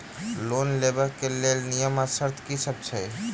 Loan लेबऽ कऽ लेल नियम आ शर्त की सब छई?